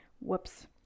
whoops